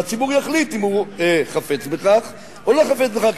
והציבור יחליט אם הוא חפץ בכך או לא חפץ בכך.